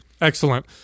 Excellent